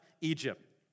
Egypt